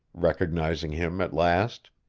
recognizing him at last.